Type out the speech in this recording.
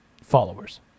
followers